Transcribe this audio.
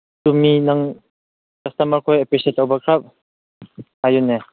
ꯆꯨꯝꯃꯤ ꯅꯪ ꯀꯁꯇꯃꯔ ꯈꯣꯏ ꯑꯦꯄ꯭ꯔꯤꯁꯤꯌꯦꯠ ꯇꯧꯕ ꯈꯔ ꯍꯩꯌꯨꯅꯦ